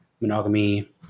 monogamy